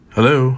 Hello